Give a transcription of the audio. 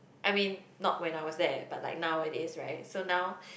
I mean not when I was there but now it is right so now